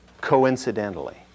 coincidentally